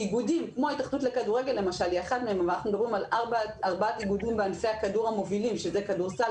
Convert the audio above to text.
אנחנו מדברים על ארבעת האיגודים בענפי הכדור המובילים כדורסל,